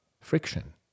friction